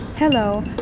Hello